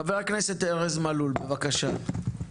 חבר הכנסת ארז מלול, בבקשה.